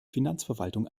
finanzverwaltung